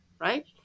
right